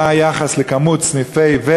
2. מה הוא היחס בין מספר הסניפים או